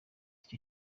icyo